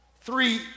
three